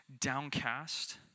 downcast